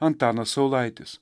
antanas saulaitis